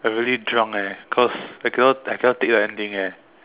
already drunk eh cause I cannot I cannot take the ending eh